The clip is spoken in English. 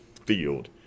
Field